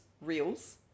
reels